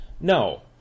No